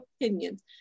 opinions